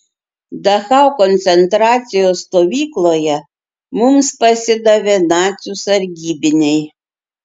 dachau koncentracijos stovykloje mums pasidavė nacių sargybiniai